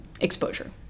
exposure